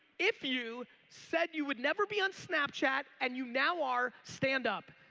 if you said you would never be on snapchat and you now are, stand up.